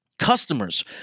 Customers